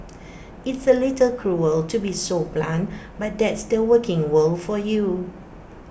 it's A little cruel to be so blunt but that's the working world for you